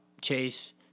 Chase